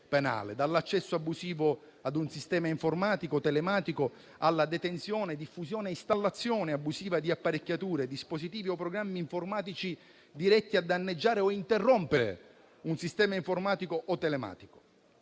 dall'accesso abusivo a un sistema informatico telematico alla detenzione, diffusione e installazione abusiva di apparecchiature e dispositivi o programmi informatici diretti a danneggiare o interrompere un sistema informatico o telematico.